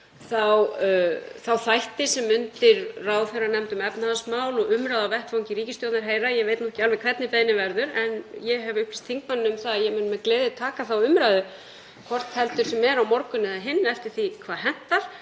þá þætti sem undir ráðherranefnd um efnahagsmál og umræðu á vettvangi ríkisstjórnar heyra. Ég veit ekki alveg hvernig beiðnin verður en ég hef upplýst þingmanninn um það að ég mun með gleði taka þá umræðu hvort heldur sem er á morgun eða hinn eftir því hvað hentar